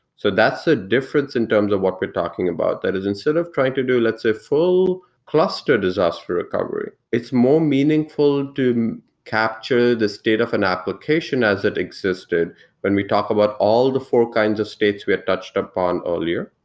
so that's the difference in terms of what we're talking about, that is instead of trying to do, let's say, full cluster disaster recovery, it's more meaningful and to capture the state of an application as it existed when we talk about all the four kinds of states we touched upon earlier.